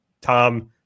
Tom